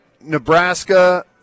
Nebraska